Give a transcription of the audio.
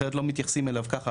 אחרת לא מתייחסים אליו ככה.